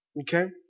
Okay